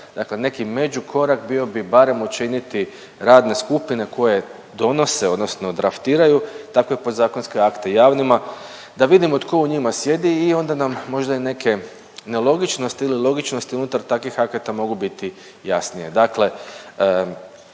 dakle neki međukorak bio bi barem učiniti radne skupine koje donose odnosno draftiraju takve podzakonske akte javnima da vidimo tko u njima sjedi i onda nam možda i neke nelogičnosti ili logičnosti unutar takvih akata mogu biti jasnije,